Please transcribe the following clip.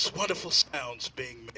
wonderful sounds being